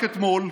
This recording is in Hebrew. רק אתמול,